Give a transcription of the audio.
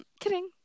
kidding